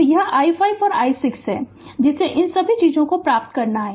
तो यह i5 और i6 है जिसे इन सभी चीजों को प्राप्त करना है